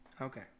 Okay